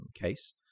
case